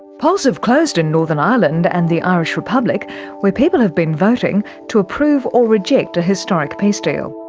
polls have closed in northern ireland and the irish republic where people have been voting to approve or reject a historic peace deal.